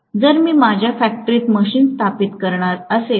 जर मी माझ्या फॅक्टरीत मशीन स्थापित करणार असेल तर